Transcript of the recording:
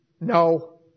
No